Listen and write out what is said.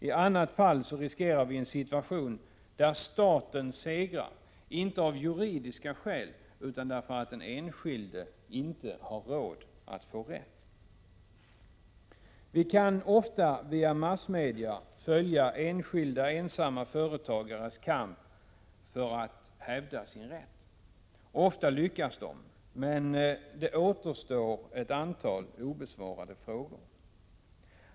I annat fall riskerar vi en situation där staten segrar, inte av juridiska skäl utan därför att den enskilde inte har råd att få rätt. Vi kan ofta via massmedia nu följa enskilda ensamföretagares kamp för att hävda sin rätt. Ofta lyckas de, men det återstår ändå ett antal obesvarade frågor.